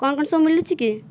କଣ କଣ ସବୁ ମିଳୁଛି କି